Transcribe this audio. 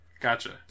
Gotcha